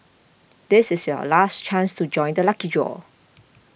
this is your last chance to join the lucky draw